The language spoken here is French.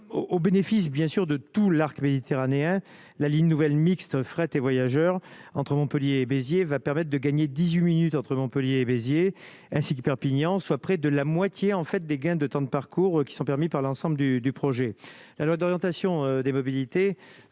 au bénéfice bien sûr de tout l'arc méditerranéen, la ligne nouvelle mixte, fret et voyageurs entre Montpellier et Béziers va permette de gagner 18 minutes entre Montpellier et Béziers ainsi Perpignan, soit près de la moitié en fait des gains de temps de parcours qui sont permis par l'ensemble du du projet de loi d'orientation des mobilités